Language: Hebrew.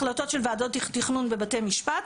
החלטות של ועדות תכנון בבתי משפט,